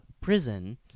prison